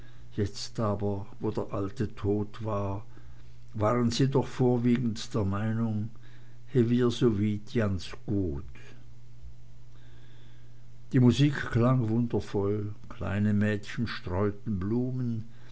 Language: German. jetzt aber wo der alte tot war waren sie doch vorwiegend der meinung he wihr sowiet janz good die musik klang wundervoll kleine mädchen streuten blumen